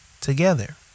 together